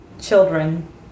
children